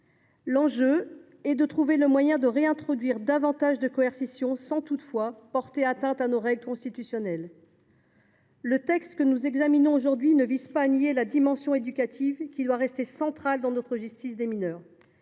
L’enjeu est de trouver un moyen de réintroduire davantage de coercition, sans toutefois porter atteinte à nos règles constitutionnelles. Le texte que nous examinons aujourd’hui ne nie pas la dimension éducative, qui doit rester centrale dans notre justice des mineurs.